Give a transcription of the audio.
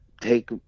take